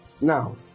now